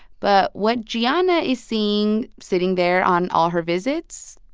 but what giana is seeing, sitting there on all her visits,